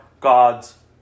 god's